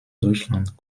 deutschland